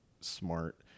smart